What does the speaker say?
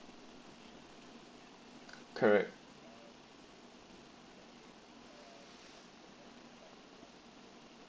correct